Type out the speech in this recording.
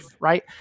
right